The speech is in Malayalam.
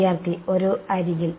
വിദ്യാർത്ഥി ഒരു അരികിൽ